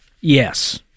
Yes